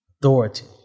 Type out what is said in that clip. Authority